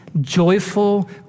joyful